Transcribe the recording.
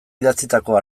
idatzitako